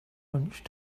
lunch